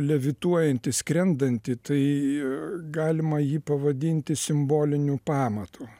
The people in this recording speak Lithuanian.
levituojanti skrendanti tai galima ji pavadinti simboliniu pamatu